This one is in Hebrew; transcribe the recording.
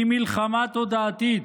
היא מלחמה תודעתית,